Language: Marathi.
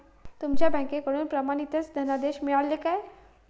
तुमका बँकेकडून प्रमाणितच धनादेश मिळाल्ले काय?